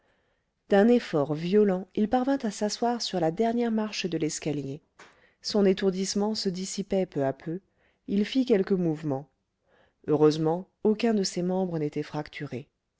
d'un effort violent il parvint à s'asseoir sur la dernière marche de l'escalier son étourdissement se dissipait peu à peu il fit quelques mouvements heureusement aucun de ses membres n'était fracturé